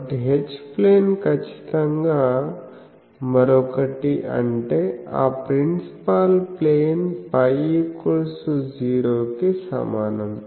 కాబట్టి H plane ఖచ్చితంగా మరొకటి అంటే ఆ ప్రిన్సిపాల్ ప్లేన్ φ 0 కి సమానం